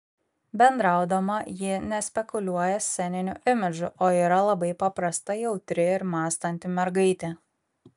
bendraudama ji nespekuliuoja sceniniu imidžu o yra labai paprasta jautri ir mąstanti mergaitė